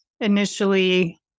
initially